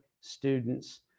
students